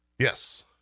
Yes